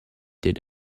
did